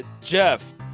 Jeff